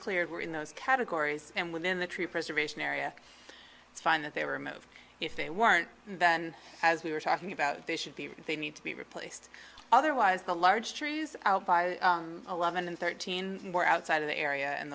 cleared were in those categories and within the tree preservation area it's fine that they were moved if they weren't then as we were talking about they should be they need to be replaced otherwise the large trees out by eleven and thirteen were outside of the area and